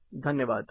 Thank you धन्यवाद